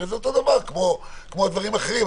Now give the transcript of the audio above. הרי זה אותו דבר כמו דברים אחרים.